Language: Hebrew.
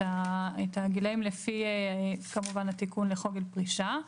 את הגילאים לפי התיקון לחוק גיל פרישה,